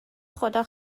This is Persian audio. خدا